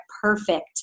perfect